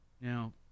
Now